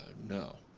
no.